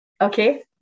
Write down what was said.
Okay